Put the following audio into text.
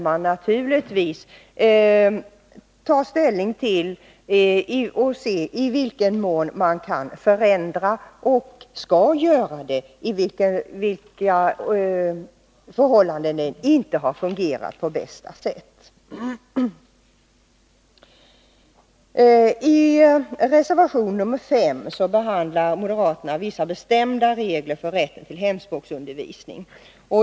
Man måste se i vilken mån man kan göra förändringar — sådana skall göras — samt undersöka under vilka förhållanden verksamheten inte har fungerat på bästa sätt. Moderaternas reservation 5 gäller bestämda regler för rätten till hemspråksundervisning.